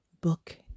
book